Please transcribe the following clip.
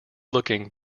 looking